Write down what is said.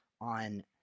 on